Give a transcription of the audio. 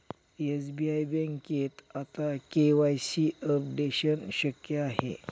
SBI बँकेत आता KYC updation शक्य आहे